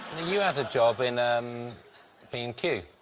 you had a job in um b and q.